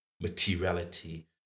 materiality